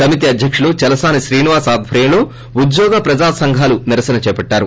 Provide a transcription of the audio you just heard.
సమితి అద్యకుడు చలసాని శ్రీనివాస్ ఆధ్యర్యంలో ఉద్యోగ ప్రజాసంఘాలు నిరసన చేపట్లారు